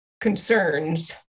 concerns